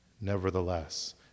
Nevertheless